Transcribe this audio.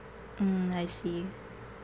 mm I see